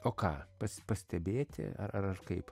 o ką pas pastebėti ar ar kaip